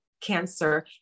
cancer